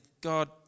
God